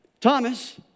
Thomas